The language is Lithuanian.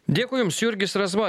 dėkui jums jurgis razma